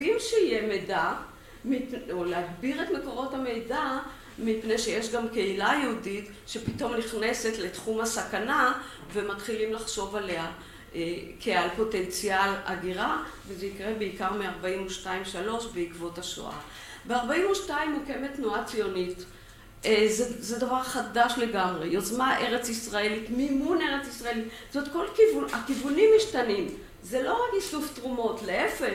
אם שיהיה מידע, או להגביר את מקורות המידע, מפני שיש גם קהילה יהודית שפתאום נכנסת לתחום הסכנה ומתחילים לחשוב עליה כעל פוטנציאל הגירה, וזה יקרה בעיקר מ-42-3 בעקבות השואה. ב-42 מוקמת תנועה ציונית, זה דבר חדש לגמרי, יוזמה ארץ ישראלית, מימון ארץ ישראלי, הכיוונים משתנים, זה לא רק איסוף תרומות להפך,